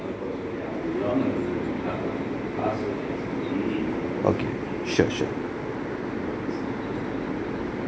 okay sure sure